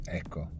ecco